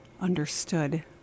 understood